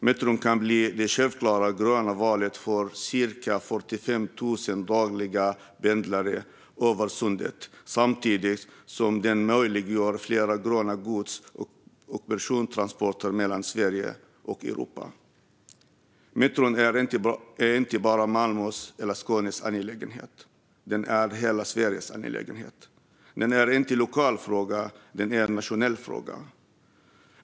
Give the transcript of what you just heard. Metron kan bli det självklara gröna valet för cirka 45 000 dagliga pendlare över Sundet samtidigt som den möjliggör fler gröna gods och persontransporter mellan Sverige och Europa. Metron är inte bara Malmös eller Skånes angelägenhet - den är hela Sveriges angelägenhet. Den är inte en lokal fråga - den är en nationell fråga.